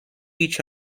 each